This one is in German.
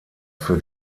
für